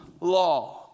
law